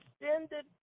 extended